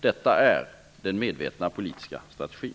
Detta är den medvetna politiska strategin.